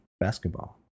basketball